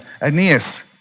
Aeneas